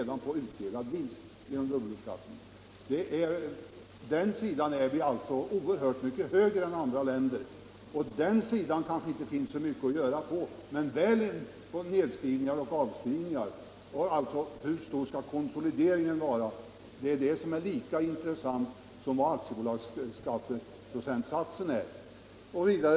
Det är en oerhört mycket högre beskattning än vad man har på den sidan i andra länder. Frågan hur stor konsolideringen skall vara är lika intressant som frågan om skatteprocentsatsen för aktiebolag.